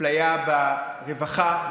אפליה ברווחה,